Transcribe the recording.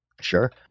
sure